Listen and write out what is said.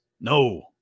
No